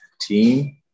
team